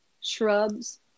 shrubs